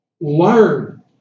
Learn